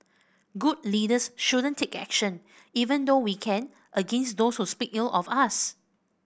good leaders shouldn't take action even though we can against those who speak ill of us